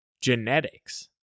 genetics